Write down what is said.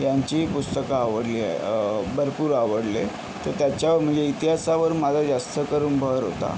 यांचीही पुस्तकं आवडली आहे भरपूर आवडले तर त्याच्या म्हणजे इतिहासावर माझा जास्त करून भर होता